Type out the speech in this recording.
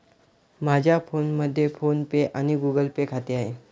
माझ्या फोनमध्ये फोन पे आणि गुगल पे खाते आहे